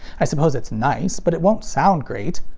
i suppose it's nice, but it won't sound great.